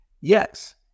Yes